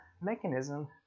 mechanism